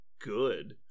good